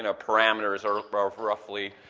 and parameters are roughly